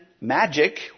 magic